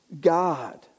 God